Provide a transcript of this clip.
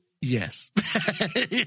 Yes